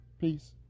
Peace